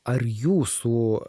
ar jūsų